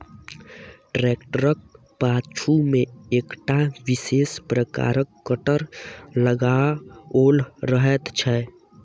ट्रेक्टरक पाछू मे एकटा विशेष प्रकारक कटर लगाओल रहैत छै